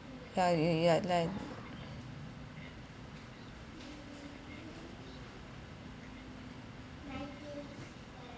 ya ya ya like